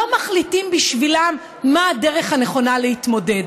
מחליטים בשבילם מה הדרך הנכונה להתמודד.